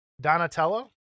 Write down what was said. donatello